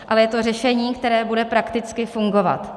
Ale je to řešení, které bude prakticky fungovat.